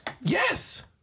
Yes